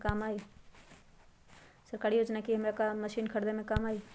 सरकारी योजना हई का कोइ जे से हमरा मशीन खरीदे में काम आई?